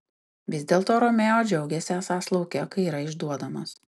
vis dėlto romeo džiaugėsi esąs lauke kai yra išduodamas